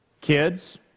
Kids